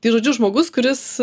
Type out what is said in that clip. tai žodžiu žmogus kuris